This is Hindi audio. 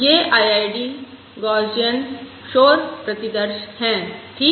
ये IID गौसियन शोर प्रतिदर्श है ठीक